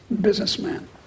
businessman